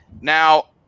Now